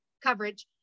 coverage